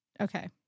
Okay